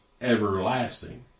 everlasting